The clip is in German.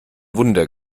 wunder